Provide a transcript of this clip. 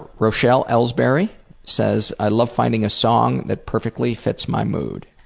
rochelle ellsbury says i love finding a song that perfectly fits my mood.